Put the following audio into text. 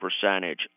percentage